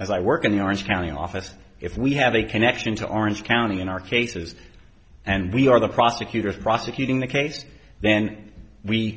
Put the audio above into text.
as i work in the orange county office if we have a connection to orange county in our cases and we are the prosecutors prosecuting the case then we